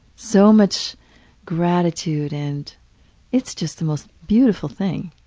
so much gratitude and it's just the most beautiful thing.